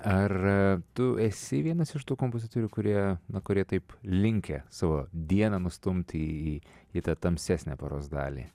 ar tu esi vienas iš tų kompozitorių kurie na kurie taip linkę savo dieną nustumti į kitą tamsesnę paros dalį